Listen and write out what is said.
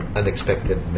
unexpected